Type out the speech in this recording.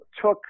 took